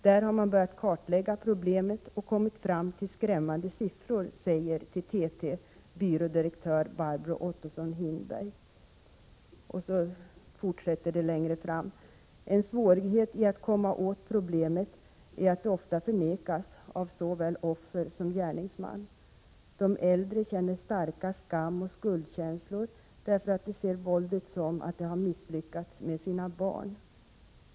Där har man börjat kartlägga problemet och kommit fram till skrämmande siffror, säger till TT byrådirektör Barbro Ottoson-Hindberg. ——- En svårighet i att komma åt problemet är att det ofta förnekas av såväl offer som gärningsman. De äldre känner starka skamoch skuldkänslor därför att de ser våldet som att de har misslyckats med sina barn.